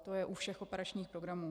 To je u všech operačních programů.